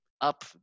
up